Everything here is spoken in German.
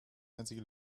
einzige